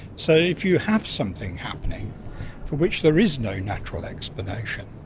so if you have something happening for which there is no natural explanation,